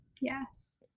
Yes